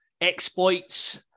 exploits